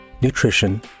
nutrition